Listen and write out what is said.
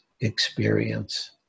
experience